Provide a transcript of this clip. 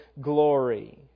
glory